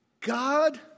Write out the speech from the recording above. God